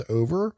over